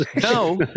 No